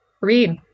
Read